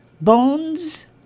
bones